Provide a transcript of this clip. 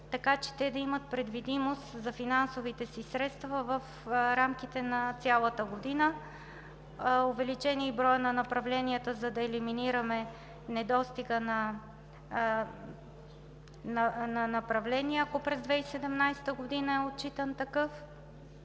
така че те да имат предвидимост за финансовите си средства в рамките на цялата година. Увеличен е и броят на направленията, за да елиминираме недостига на направления, ако през 2017 г. е отчитан такъв